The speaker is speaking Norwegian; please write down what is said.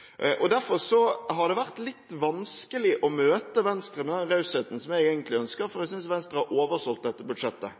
sikt. Derfor har det vært litt vanskelig å møte Venstre med den rausheten jeg egentlig ønsker, for jeg synes Venstre har oversolgt dette budsjettet: